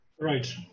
Right